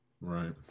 Right